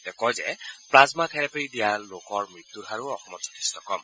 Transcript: তেওঁ কয় যে প্লাজমা থেৰাপী দিয়া লোকৰ মৃত্যূৰ হাৰো অসমত যথেষ্ট কম